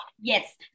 yes